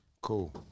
Cool